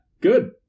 Good